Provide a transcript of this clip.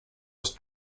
aus